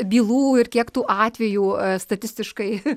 bylų ir kiek tų atvejų statistiškai